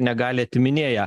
negali atiminėja